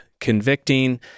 convicting